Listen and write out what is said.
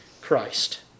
Christ